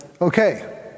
okay